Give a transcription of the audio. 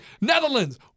Netherlands